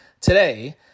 today